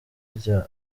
rya